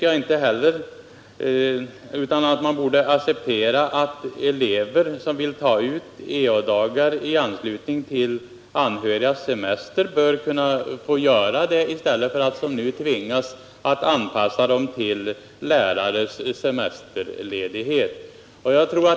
Jag tycker att elever som vill ta ut ea-dagar i anslutning till anhörigas semester bör få göra det, i stället för att som nu tvingas att anpassa uttaget till lärares semesterledighet.